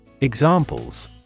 Examples